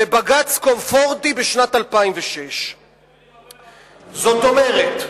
בבג"ץ קונפורטי בשנת 2006. זאת אומרת,